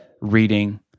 reading